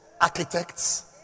Architects